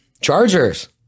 Chargers